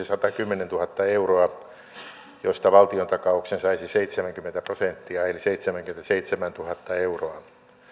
satakymmentätuhatta euroa josta valtiontakauksen saisi seitsemänkymmentä prosenttia eli seitsemänkymmentäseitsemäntuhatta euroa